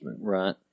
Right